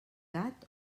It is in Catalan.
gat